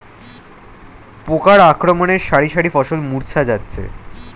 পোকার আক্রমণে শারি শারি ফসল মূর্ছা যাচ্ছে